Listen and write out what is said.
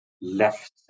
left